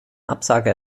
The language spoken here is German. absage